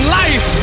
life